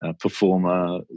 performer